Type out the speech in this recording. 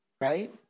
right